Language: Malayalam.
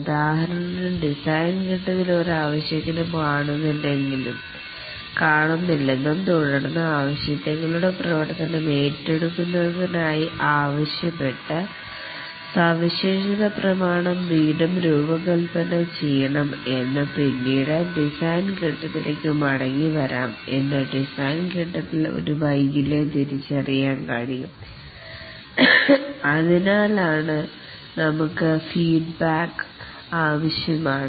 ഉദാഹരണത്തിന് ഡിസൈൻ ഫേസ്ൽ ഒരു ആവശ്യകത കാണുന്നില്ലെന്നും തുടർന്ന് ആവശ്യകതകളുടെ പ്രവർത്തനം ഏറ്റെടുക്കുന്നതായി ആവശ്യപ്പെട്ട് റുക്വിർമെൻറ് സ്പെസിഫിക്കേഷൻ ഡോക്യൂമെൻറ് വീണ്ടും രൂപകല്പന ചെയ്യണം എന്നും പിന്നീട് ഡിസൈൻ ഫേസ് ത്ലേക്ക് മടങ്ങിവരാം എന്നും ഡിസൈൻ ഫേസ് ൽ ഒരു വൈകല്യം തിരിച്ചറിയാൻ കഴിയും അതിനാലാണ് ആണ് നമുക്ക് ഫീഡ്ബാക്ക് പാത്തു ആവശ്യമാണ്